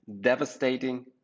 devastating